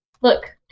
look